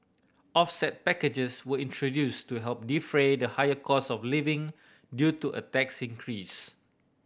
offset packages were introduced to help defray the higher cost of living due to a tax increase